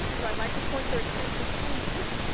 so i'd like to point your attention, please,